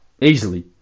easily